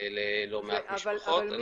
ללא מעט משפחות.